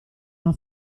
una